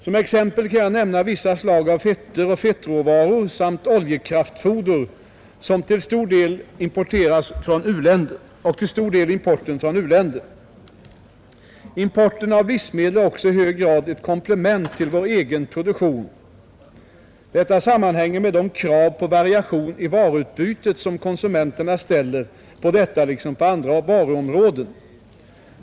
Som exempel kan jag nämna vissa slag av fetter och fettråvaror samt oljekraftfoder som till stor del importeras från u-länder. Importen av livsmedel är också i hög grad ett komplement till vår egen produktion. Detta sammanhänger med de krav på variation i varuutbudet som konsumenterna ställer på detta liksom på andra varuområden.